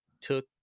took